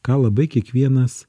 ką labai kiekvienas